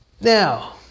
Now